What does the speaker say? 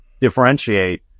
differentiate